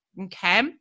okay